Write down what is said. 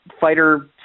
fighter